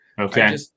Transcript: Okay